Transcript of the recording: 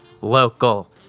Local